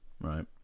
Right